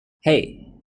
hey